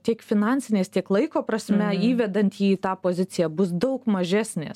tiek finansinės tiek laiko prasme įvedant jį į tą poziciją bus daug mažesnės